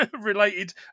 related